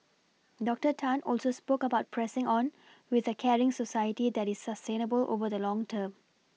doctor Tan also spoke about pressing on with a caring society that is sustainable over the long term